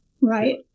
right